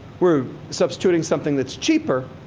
we're substituting something that's cheaper